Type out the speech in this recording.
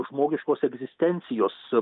žmogiškos egzistencijos